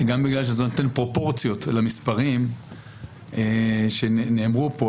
גם בגלל שזה נותן פרופורציות למספרים שנאמרו פה.